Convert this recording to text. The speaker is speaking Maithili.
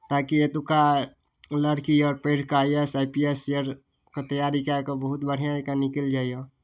ताकि एतुक्का लड़की आर पढ़ि कऽ I A S I P S आरके तैयारी कए कऽ बहुत बढ़िआँ जँका निकलि जाइए